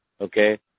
okay